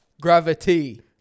Gravity